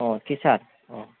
teacher